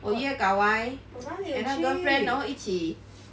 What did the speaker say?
我约 gao wai and 他的 girlfriend 然后一起